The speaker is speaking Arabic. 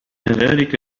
ذلك